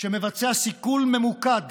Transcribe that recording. שמבצע סיכול ממוקד